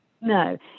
No